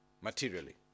materially